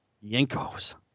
Yanko's